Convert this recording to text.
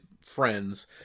friends